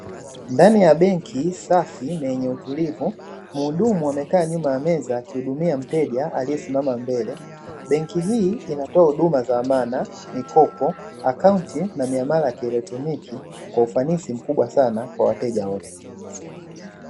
Ndani ya benki safi na yenye utulivu muhudumu amekaa nyuma ya meza akihudumia mteja aliyesimama mbele. benki hii inatoa huduma za amana, mikopo, akaunti, na miamala ya kielektroniki kwa ufanisi mkubwa sana kwa wateja wote.